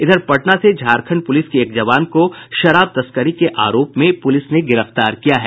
इधर पटना से झारखण्ड पुलिस के एक जवान को शराब तस्करी के अरोप में पुलिस ने गिरफ्तार किया है